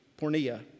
pornea